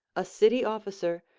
a city officer,